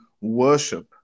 worship